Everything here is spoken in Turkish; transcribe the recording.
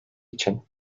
için